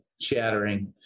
chattering